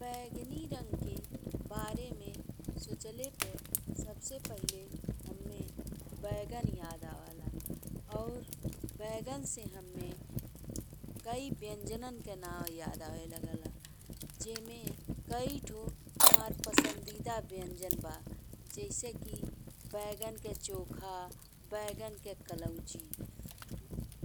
बैगनी रंग के बारे में सोचले पे सबसे पहिले हम्मे बैगन याद आवेला और बैगन से हम्मे कई व्यंजनन के नाम याद आवे लागेला। जेमें कई थू हमार पसंदीदा व्यंजन बा जैसे कि बैगन के चोखा, बैगन के कलौंजी